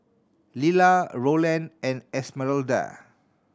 Lilla Rowland and Esmeralda